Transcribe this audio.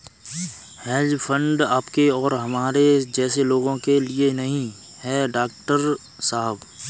hedge fund आपके और हमारे जैसे लोगों के लिए नहीं है, डॉक्टर साहब